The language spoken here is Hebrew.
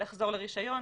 לחזור לרישיון.